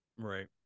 Right